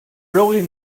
really